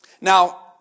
Now